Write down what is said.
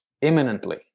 imminently